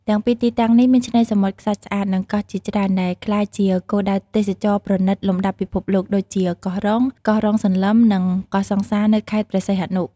ទាំងពីរទីតាំងនេះមានឆ្នេរសមុទ្រខ្សាច់ស្អាត និងកោះជាច្រើន ដែលក្លាយជាគោលដៅទេសចរណ៍ប្រណិតលំដាប់ពិភពលោក ដូចជា កោះរ៉ុង កោះរ៉ុងសន្លឹម និង កោះសង្សារនៅខេត្តព្រះសីហនុ។